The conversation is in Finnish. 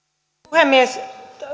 puhemies